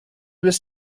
was